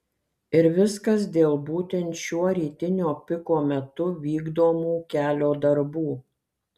ir viskas dėl būtent šiuo rytinio piko metu vykdomų kelio darbų